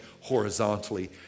horizontally